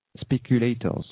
speculators